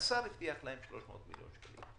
השר הבטיח להם 300 מיליון שקל,